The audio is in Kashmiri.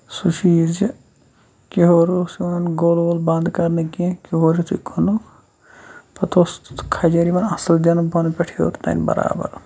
سُہ چھُ یہِ زِ کیُہُر اوس نہٕ یِوان گول وول بَند کرنہٕ کیٚنٛہہ کیُہُر یِتھُے کھوٚنُکھ پَتہٕ اوس کھجر یِوان اَصٕل دِنہٕ بۄنہٕ پٮ۪ٹھ ہیور تام برابر